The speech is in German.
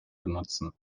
benutzen